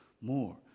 more